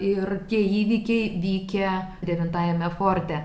ir tie įvykiai vykę devintajame forte